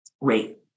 rate